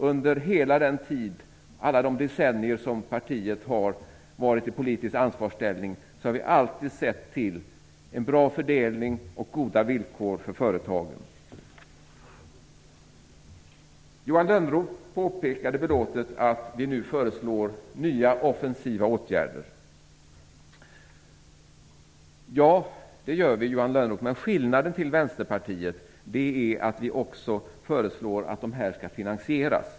Under alla de decennier som partiet har varit i politisk ansvarsställning har vi alltid sett till en bra fördelning och goda villkor för företagen. Johan Lönnroth påpekade belåtet att vi nu föreslår nya offensiva åtgärder. Ja, det gör vi, Johan Lönnroth. Men skillnaden mot Vänsterpartiet är att vi också föreslår att åtgärderna skall finansieras.